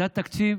זה התקציב